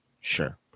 Sure